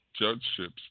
Judgeships